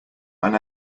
ran